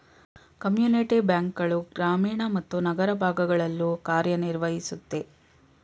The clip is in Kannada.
ಕಮ್ಯುನಿಟಿ ಬ್ಯಾಂಕ್ ಗಳು ಗ್ರಾಮೀಣ ಮತ್ತು ನಗರ ಭಾಗಗಳಲ್ಲೂ ಕಾರ್ಯನಿರ್ವಹಿಸುತ್ತೆ